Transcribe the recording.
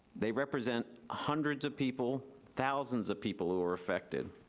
they represent hundreds of people, thousands of people who are affected.